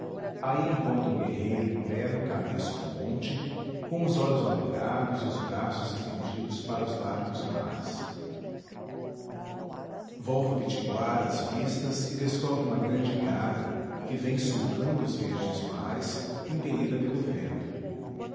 aí encontra o guerreiro em pé no cabeço do monte com os olhos alongados e os braços estendidos para os largos mares volve o pitiguara as vistas e descobre uma grande igara que vem sulcando os verdes mares impelida pelo vento